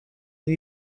این